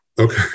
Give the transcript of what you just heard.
Okay